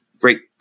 great